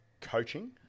coaching